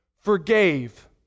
forgave